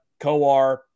Coar